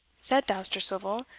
said dousterswivel,